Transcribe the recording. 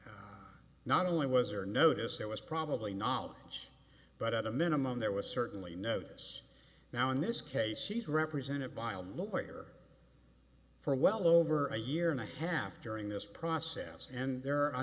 that not only was there notice that was probably not much but at a minimum there was certainly notice now in this case she's represented by a lawyer for well over a year and a half during this process and there are a